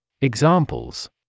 Examples